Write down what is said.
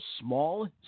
Small